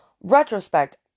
Retrospect